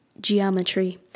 Geometry